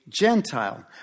Gentile